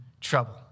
trouble